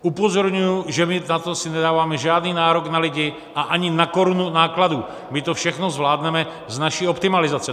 Upozorňuji, že my na to si nedáváme žádný nárok na lidi a ani na korunu nákladů, my to všechno zvládneme z naší optimalizace.